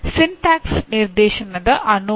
syntax ನಿರ್ದೇಶನದ ಅನುವಾದ